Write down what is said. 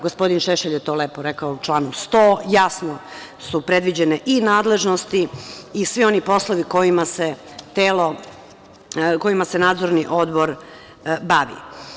Gospodin Šešelj je to lepo rekao, u članu 100. jasno su predviđene i nadležnosti i svi poslovi kojima se Nadzorni odbor bavi.